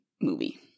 movie